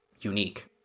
unique